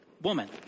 woman